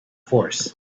force